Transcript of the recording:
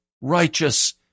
righteous